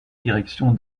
direction